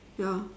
ya